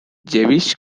jewish